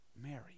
Mary